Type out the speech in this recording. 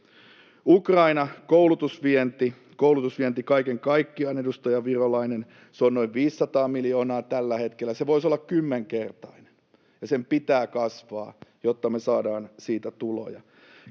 Ukraina, koulutusvienti. Koulutusvienti kaiken kaikkiaan, edustaja Virolainen, on noin 500 miljoonaa tällä hetkellä. Se voisi olla kymmenkertainen, ja sen pitää kasvaa, jotta me saadaan siitä tuloja.